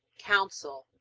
counsel,